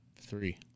three